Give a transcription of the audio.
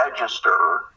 register